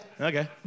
Okay